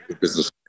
business